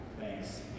Thanks